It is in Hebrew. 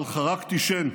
אבל חרקתי שן,